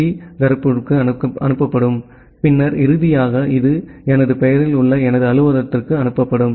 D காரக்பூருக்கு அனுப்பப்படும் பின்னர் இறுதியாக இது எனது பெயரில் உள்ள எனது அலுவலகத்திற்கு அனுப்பப்படும்